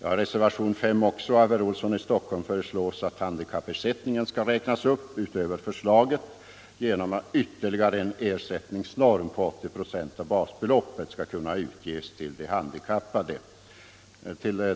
I reservationen 5, som likaledes har avgivits av herr Olsson i Stockholm, föreslås att handikappersättningen räknas upp genom att en ytterligare ersättningsnorm på 80 procent av basbeloppet införs för handikappade.